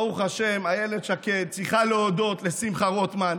ברוך השם, אילת שקד צריכה להודות לשמחה רוטמן,